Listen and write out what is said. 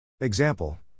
Example